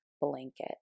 blanket